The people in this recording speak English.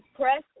press